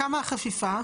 כמה החפיפה?